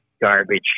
garbage